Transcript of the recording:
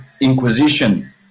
inquisition